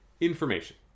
information